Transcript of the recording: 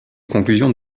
conclusions